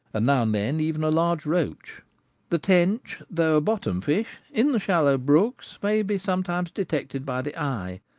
and now and then even a large roach the tench, though a bottom fish, in the shallow brooks may be sometimes detected by the eye,